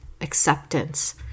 acceptance